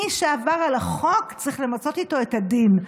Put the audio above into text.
מי שעבר על החוק צריך למצות איתו את הדין,